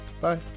Bye